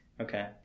Okay